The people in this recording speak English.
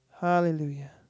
Hallelujah